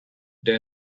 der